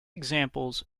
examples